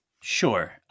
Sure